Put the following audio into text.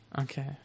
Okay